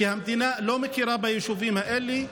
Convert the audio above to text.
כי המדינה לא מכירה ביישובים האלה.